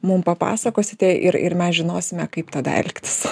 mum papasakosite ir ir mes žinosime kaip tada elgtis